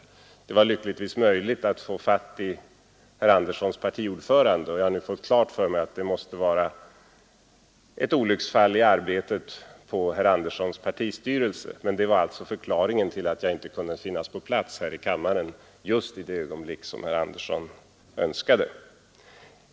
Det var lyckligtvis möjligt att få fatt i herr Anderssons partiordförande, och jag har nu fått klart för mig att det måste vara ett olycksfall i arbetet i herr Anderssons partistyrelse. Det var alltså förklaringen till att jag inte kunde finnas på plats här i kammaren just i det ögonblick som herr Andersson önskade.